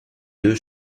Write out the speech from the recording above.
deux